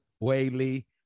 Whaley